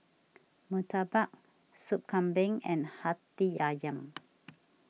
Murtabak Sup Kambing and Hati Ayam